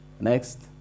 Next